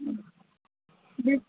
डि॒सु